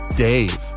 Dave